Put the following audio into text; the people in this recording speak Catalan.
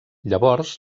llavors